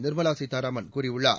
நிர்மலா சீதாராமன் கூறியுள்ளார்